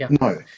No